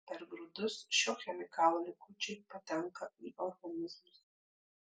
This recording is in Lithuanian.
per grūdus šio chemikalo likučiai patenka į organizmus